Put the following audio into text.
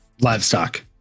livestock